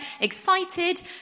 excited